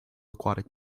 aquatic